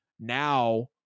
Now